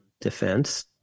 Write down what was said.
defense